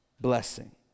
blessing